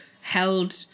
held